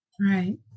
Right